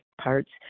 parts